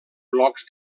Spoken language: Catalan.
blocs